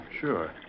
Sure